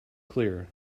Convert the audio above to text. clear